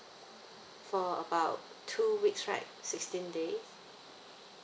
for about two weeks right sixteen days